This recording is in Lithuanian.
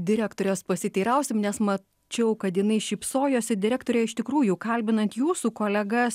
direktorės pasiteirausim nes mačiau kad jinai šypsojosi direktore iš tikrųjų kalbinant jūsų kolegas